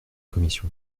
commission